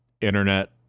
internet